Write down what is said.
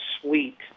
suite